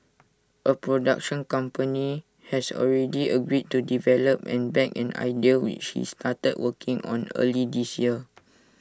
A production company has already agreed to develop and back an idea which he started working on earlier this year